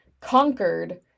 conquered